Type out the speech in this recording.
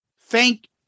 Thank